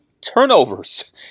turnovers